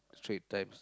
straight times